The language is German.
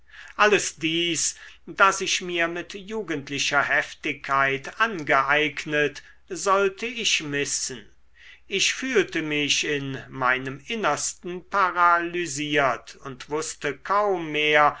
alles dies das ich mir mit jugendlicher heftigkeit angeeignet sollte ich missen ich fühlte mich in meinem innersten paralysiert und wußte kaum mehr